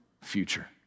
future